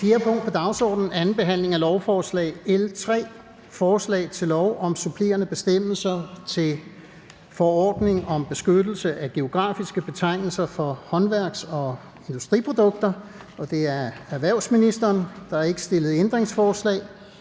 4) 2. behandling af lovforslag nr. L 3: Forslag til lov om supplerende bestemmelser til forordning om beskyttelse af geografiske betegnelser for håndværks- og industriprodukter. Af erhvervsministeren (Morten Bødskov).